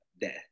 death